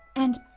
and,